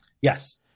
yes